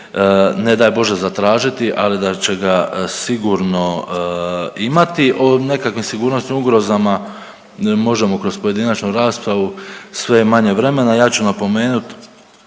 ne daj Bože zatražiti, ali da će ga sigurno imati, o nekakvim sigurnosnim ugrozama možemo kroz pojedinačnu raspravu, sve je manje vremena. Ja ću napomenut